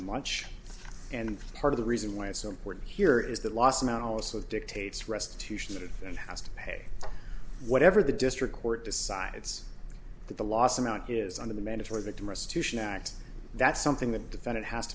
much and part of the reason why it's so important here is that loss amount also dictates restitution and has to pay whatever the district court decides that the loss amount is under the mandatory victimise to sion act that's something the defendant has